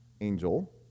angel